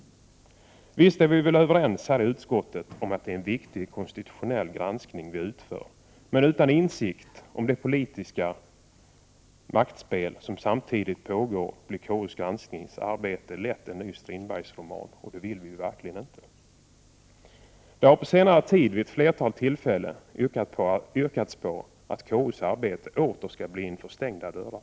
Visst är vi väl överens i KU om att det är en viktig konstitutionell granskning som vi utför. Men utan insikten om det politiska maktspel som samtidigt pågår kan KU:s granskningsarbete lätt bli en ny Strindbergsroman, och det vill vi ju verkligen inte. Under senare tid har det vid ett flertal tillfällen yrkats att KU:s arbete åter skall ske inför stängda dörrar.